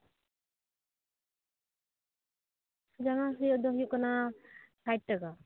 ᱡᱟᱸᱜᱟ ᱦᱟᱹᱥᱩ ᱨᱮᱱᱟᱜ ᱫᱚ ᱦᱩᱭᱩᱜ ᱠᱟᱱᱟ ᱥᱟᱴ ᱴᱟᱠᱟ